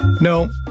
No